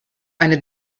eine